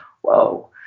whoa